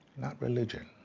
not religion,